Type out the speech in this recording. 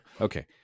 Okay